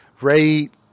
Rate